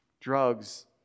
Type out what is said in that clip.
drugs